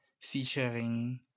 featuring